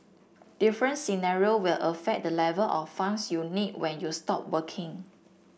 different scenarios will affect the level of funds you need when you stop working